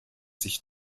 sich